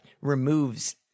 removes